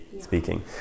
speaking